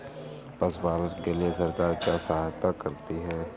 पशु पालन के लिए सरकार क्या सहायता करती है?